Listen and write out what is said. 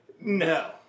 no